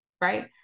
Right